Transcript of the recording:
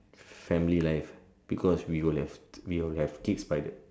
family life because we will have we will have kids by the